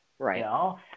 Right